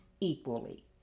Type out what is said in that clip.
equally